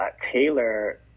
Taylor